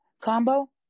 combo